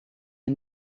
een